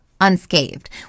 unscathed